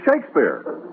Shakespeare